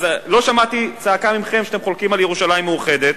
אז לא שמעתי צעקה מכם שאתם חולקים על ירושלים מאוחדת.